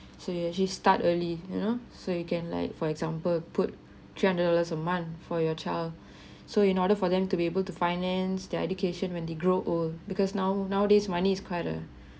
so you actually start early you know so you can like for example put three hundred dollars a month for your child so in order for them to be able to finance their education when they grow old because now nowadays money is quiet a